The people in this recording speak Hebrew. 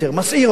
מסעיר יותר,